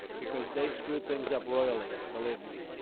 because they've screwed things up royally, believe me.